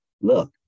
look